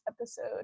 episode